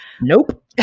nope